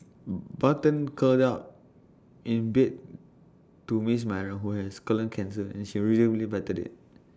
button curled out in bed to miss Myra who has colon cancer and she rhythmically patted IT